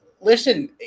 listen –